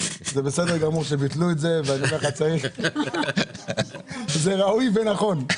זה בסדר גמור שביטלו את זה, זה ראוי ונכון.